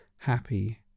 happy